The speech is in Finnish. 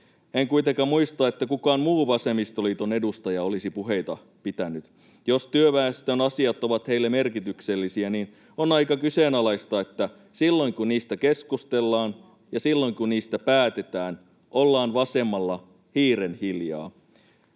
En kuitenkaan muista, että kukaan muu Vasemmistoliiton edustaja olisi puheita pitänyt. Jos työväestön asiat ovat heille merkityksellisiä, niin on aika kyseenalaista, että silloin kun niistä keskustellaan ja silloin kun niistä päätetään, ollaan vasemmalla hiirenhiljaa.